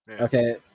Okay